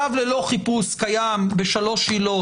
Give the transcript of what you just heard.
חיפוש ללא צו קיים בשלוש עילות.